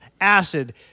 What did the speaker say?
acid